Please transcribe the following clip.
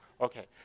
Okay